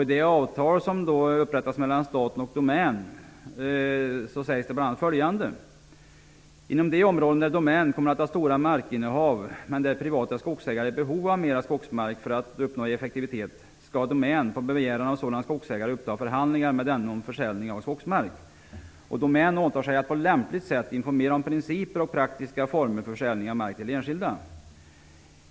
I det avtal som då upprättades mellan staten och Assi Domän sägs bl.a. följande: Inom de områden där Domän kommer att ha stora markinnehav, men där privata skogsägare är i behov av mera skogsmark för att uppnå effektivitet, skall Domän på begäran av sådan skogsägare uppta förhandlingar med denne om försäljning av skogsmark. Domän åtar sig att på lämpligt sätt informera om principer och praktiska former för försäljning av mark till enskilda.